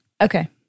Okay